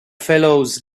fellows